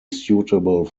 suitable